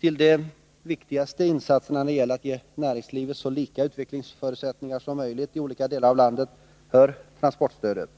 Till de viktigaste insatserna när det gäller att ge näringslivet så lika utvecklingsförutsättningar som möjligt i olika delar av landet hör transportstödet.